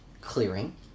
clearing